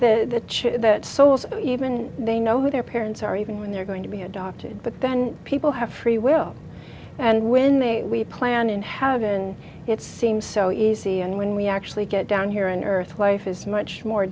that the that even they know who their parents are even when they're going to be adopted but then people have free will and when they we plan and have it and it seems so easy and when we actually get down here in earth life is much more